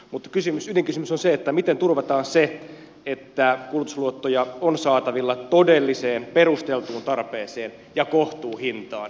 mutta ydinkysymys on se miten turvataan se että kulutusluottoja on saatavilla todelliseen perusteltuun tarpeeseen ja kohtuuhintaan